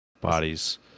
bodies